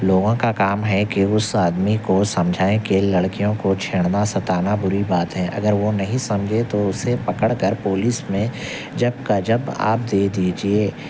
لوگوں کا کام ہے کہ اس آدمی کو سمجھائیں کہ لڑکیوں کو چھیڑنا ستانا بری بات ہے اگر وہ نہیں سمجھے تو اسے پکڑ کر پولیس میں جب کا جب آپ دے دیجیے